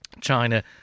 China